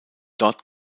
dort